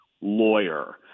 lawyer